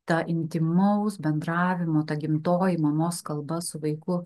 ta intymaus bendravimo ta gimtoji mamos kalba su vaiku